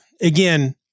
again